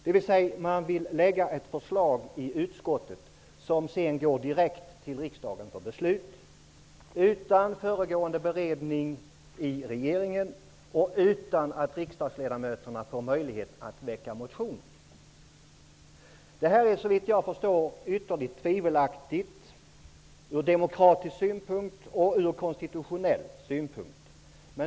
Man vill med andra ord lägga fram förslag i utskottet som sedan direkt går till riksdagen för beslut, utan föregående beredning i regeringen eller utan att riksdagsledamöterna får möjlighet att väcka motioner. Såvitt jag förstår är det här ytterligt tvivelaktigt ur demokratisk och konstitutionell synpunkt.